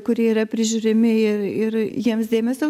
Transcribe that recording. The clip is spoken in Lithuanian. kurie yra prižiūrimi ir ir jiems dėmesio